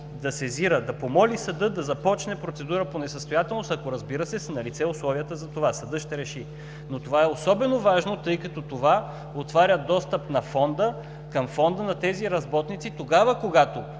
Да сезира, да помоли съда да започне процедура по несъстоятелност, ако, разбира се, са налице условията за това. Съдът ще реши. Но това е особено важно, тъй като това отваря достъп към Фонда на тези работници тогава, когато